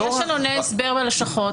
יש עלוני הסבר בלשכות,